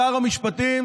לשר המשפטים